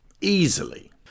Easily